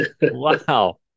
Wow